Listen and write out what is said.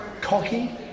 cocky